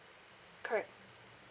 correct